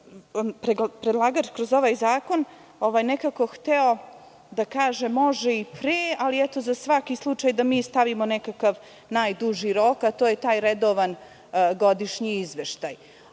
je kroz ovaj zakon nekako hteo da kaže – može i pre, ali eto za svaki slučaj da stavimo nekakav najduži rok, a to je taj redovan godišnji izveštaj.